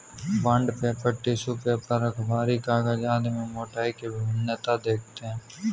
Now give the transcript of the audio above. bond paper, tissue paper, अखबारी कागज आदि में मोटाई की भिन्नता देखते हैं